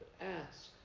Ask